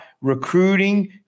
recruiting